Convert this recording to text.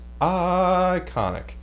iconic